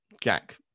Jack